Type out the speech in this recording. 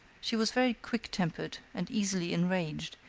she was very quick-tempered and easily enraged,